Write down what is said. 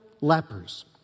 lepers